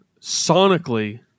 sonically